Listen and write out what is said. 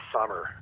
summer